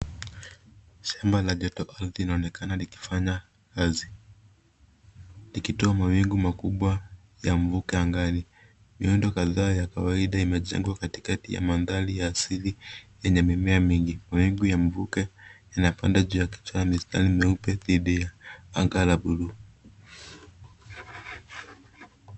Shamba la jotoardhi linaonekana likifanya kazi, likitoa mawingu makubwa ya mvuke angani. Miundo kadhaa ya kawaida imejengwa kati kati ya mandhari ya asili, yenye mimea mingi. Mawingu ya mvuke yanapanda juu yakitoa mistari mieupe dhidi ya anga la blue .